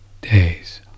days